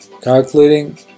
Calculating